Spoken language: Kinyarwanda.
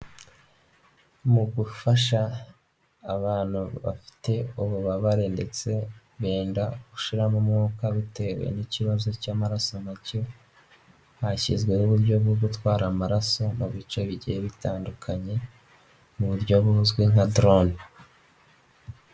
Mu gufasha abantu bafite ububabare ndetse benda gushiramo umwuka bitewe n'ikibazo cy'amaraso make, hashyizweho uburyo bwo gutwara amaraso mu bice bigiye bitandukanye, mu buryo buzwi nka durone.